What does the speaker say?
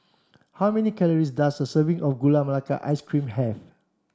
how many calories does a serving of Gula Melaka Ice Cream have